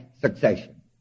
succession